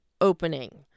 opening